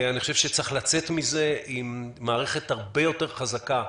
אני חושב שצריך לצאת מזה עם מערכת הרבה יותר חזקה,